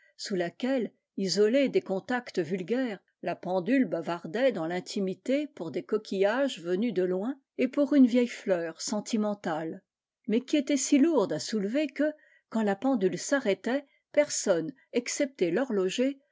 sous laquelle isolée des contacts vulgaires la pendule bavardait dans l'intimité pour des coquillages venus de loin et pour une vieille fleur sentimentale mais qui était si lourde à soulever que quand la pendule s'arrêtait personne excepté l'horloger